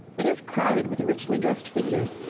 it is crowded with richly dressed figures,